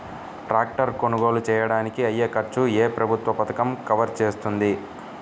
Tractor కొనుగోలు చేయడానికి అయ్యే ఖర్చును ఏ ప్రభుత్వ పథకం కవర్ చేస్తుంది?